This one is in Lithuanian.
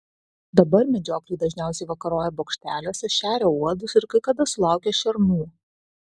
dabar medžiokliai dažniausiai vakaroja bokšteliuose šeria uodus ir kai kada sulaukia šernų